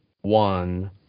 One